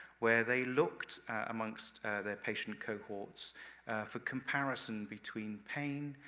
where they looked amongst their patient cohorts for comparison between pain,